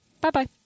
Bye-bye